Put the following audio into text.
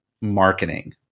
marketing